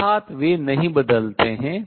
अर्थात वे नहीं बदलते हैं